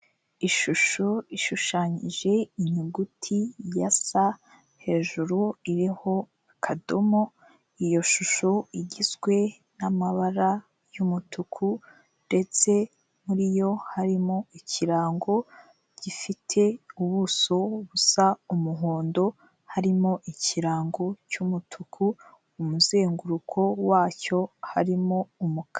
Ishusho ishushanyije inyuguti ya s hejuru iriho akadomo, iyo shusho igizwe n'amabara y' umutuku ndetse muri yo harimo ikirango gifite ubuso busa umuhondo, harimo ikirango cy' umutuku umuzenguruko wacyo harimo umukara.